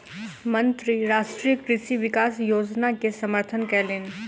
मंत्री राष्ट्रीय कृषि विकास योजना के समर्थन कयलैन